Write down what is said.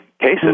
cases